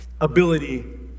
ability